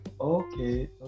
Okay